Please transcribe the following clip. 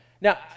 Now